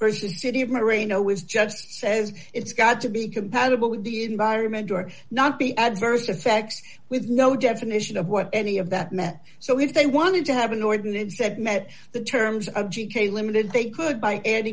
is the city of marino was just says it's got to be compatible with the environment or not be adverse effects with no definition of what any of that met so if they wanted to have an ordinance that met the terms of g k limited they could buy an